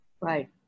Right